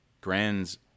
grand's